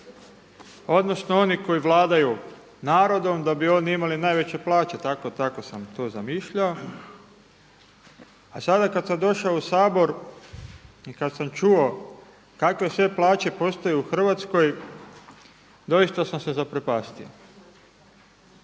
odnosno oni koji vladaju narodom da bi oni imali najveće plaće, tako sam to zamišljao. A sada kada sam došao u Sabor i kada sam čuo kakve sve plaće postoje u Hrvatskoj doista sam se zaprepastio.